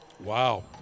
Wow